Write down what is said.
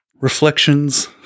Reflections